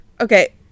okay